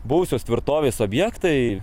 buvusios tvirtovės objektai